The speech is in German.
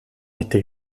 hätte